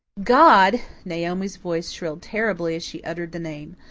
god! naomi's voice shrilled terribly as she uttered the name.